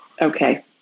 Okay